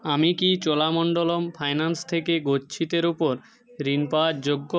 আমি কি চোলামণ্ডলম ফাইন্যান্স থেকে গচ্ছিতের ওপর ঋণ পাওয়ার যোগ্য